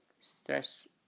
stress